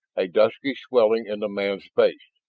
a dusky swelling in the man's face.